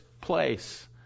place